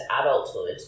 adulthood